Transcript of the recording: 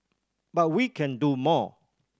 but we can do more